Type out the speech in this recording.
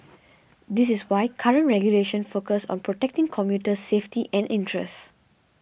this is why current regulations focus on protecting commuter safety and interests